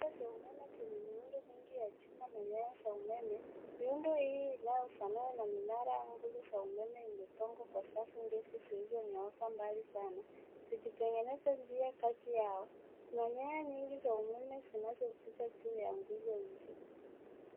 Kituo cha umeme chenye miundo mingi ya chuma na nyaya za umeme. Miundo hii inayofanana na minara au nguzo za umeme imepangwa kwa safu ndefu zilizonyooka mbali sana zikitengeneza njia kati yao. Kuna nyaya za umeme zinazopita juu ya nguzo hizo.